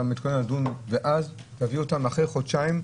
אתה מתכונן לדון בהם ואז תביא אותם בעוד חודשיים?